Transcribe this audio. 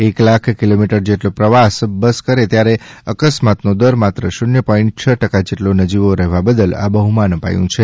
એક લાખ કિલોમીટર જેટલો પ્રવાસ બસ કરે ત્યારે અકસ્માત નો દર માત્ર શૂન્ય પોઈન્ટ છ ટકા જેટલો નજીવો રહેવા બદલ આ બહ્માન અપાયું છે